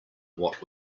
what